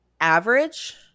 average